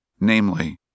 namely